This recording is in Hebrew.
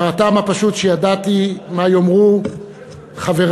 מהטעם הפשוט שידעתי מה יאמרו חברי